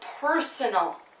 personal